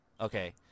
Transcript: Okay